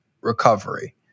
recovery